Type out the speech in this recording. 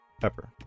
pepper